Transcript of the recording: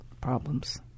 problems